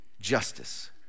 justice